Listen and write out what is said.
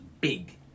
big